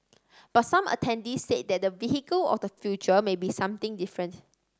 but some attendees said that the vehicle of the future may be something different